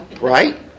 Right